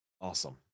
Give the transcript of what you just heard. Awesome